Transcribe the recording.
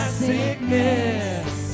sickness